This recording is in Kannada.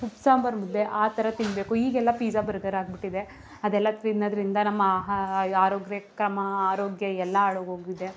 ಉಪ್ಪು ಸಾಂಬಾರು ಮುದ್ದೆ ಆ ಥರ ತಿನ್ನಬೇಕು ಈಗೆಲ್ಲ ಪೀಜ಼ಾ ಬರ್ಗರ್ ಆಗಿಬಿಟ್ಟಿದೆ ಅದೆಲ್ಲ ತಿನ್ನೋದ್ರಿಂದ ನಮ್ಮ ಆಹಾ ಆರೋಗ್ಯ ಕ್ರಮ ಆರೋಗ್ಯ ಎಲ್ಲ ಹಾಳಾಗೋಗಿದೆ